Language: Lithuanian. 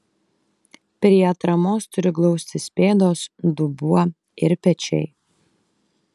prie atramos turi glaustis pėdos dubuo ir pečiai